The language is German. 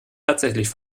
tatsächlich